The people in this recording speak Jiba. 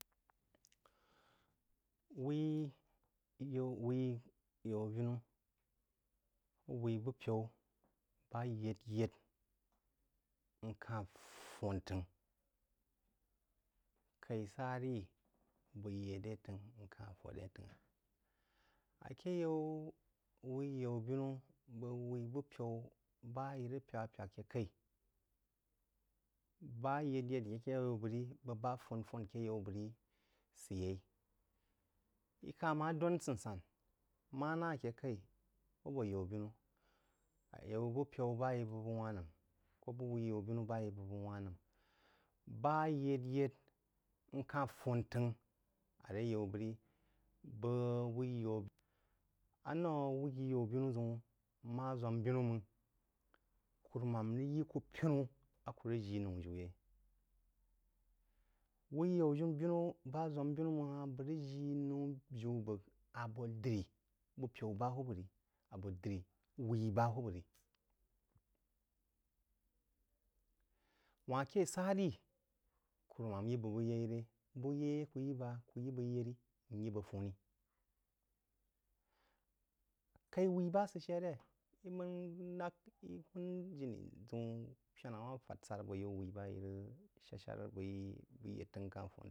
Wui yau binu wui bupəu a yed yed mkah fun təng kri sah ri bəg yed re təng mksh fun təng a keh yah whi yau binu bəg whui bupəru bah yi rig pyas-pyag keh kəi bah yed-yed a keh yau bəg ri bəg bəh fun fun akeh yan bəg ri sid yai yi kah mah dwon san-san yo mah nah a ke kəi koh abo yau-binu ayau bah yí bəg wah nəm kuh bəg wui yaubinu bəg bəg wah nəm bah yed-yed mkah fam təng are yan bəg rí bəg whí yaubinu anou whi yanbinu zəun nmah zwam binu mang kuruman rig yí kuh pinu a kah jii nah jiu yai whi yanbinu bah zwam binu mang hah mah jii ho jiu bəg abo drí bupəu bəg bahubba ri abo dri yi bah hubba ri wahle seh ri kurumam yi bəg buyai re buh yeɨ a kuh yi bəg kuh yí bəg yeri nyí bəg fuhni kai wui bah sid she re yi məng nag yi huun jini wuin zəun, pyena fad sera abo tou wui bah yi rig shad-shar bəi bəg yed təng mkeh fuhn.